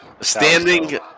Standing